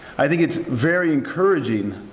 i think it's very encouraging.